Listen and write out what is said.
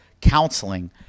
counseling